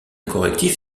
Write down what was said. correctif